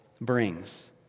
brings